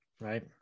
Right